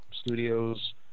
studios